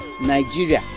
Nigeria